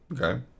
Okay